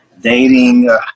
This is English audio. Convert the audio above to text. dating